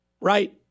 right